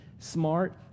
smart